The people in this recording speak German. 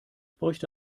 bräuchte